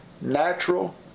natural